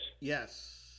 Yes